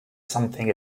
something